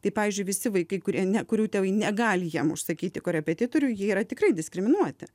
tai pavyzdžiui visi vaikai kurie ne kurių tėvai negali jiem užsakyti korepetitorių jie yra tikrai diskriminuoti